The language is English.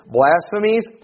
blasphemies